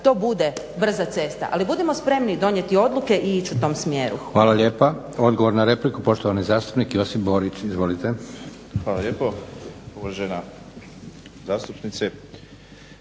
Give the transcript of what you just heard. to bude brza cesta. Ali budimo spremni donijeti odluke i ići u tom smjeru. **Leko, Josip (SDP)** Hvala lijepa. Odgovor na repliku, poštovani zastupnik Josip Borić. Izvolite. **Borić, Josip (HDZ)** Hvala lijepo. Uvažena zastupnice